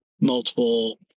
multiple